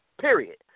period